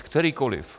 Kterýkoliv.